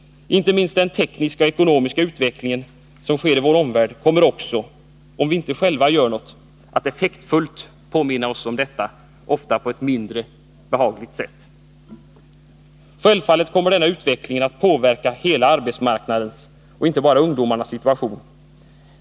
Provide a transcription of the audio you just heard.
Inte minst den tekniska och ekonomiska utveckling som sker i vår omvärld kommer också — om vi själva inte gör något — att effektivt påminna oss om detta, och ofta på ett mindre behagligt sätt. Självfallet kommer denna utveckling att påverka hela arbetsmarknadens, inte bara ungdomarnas, situation.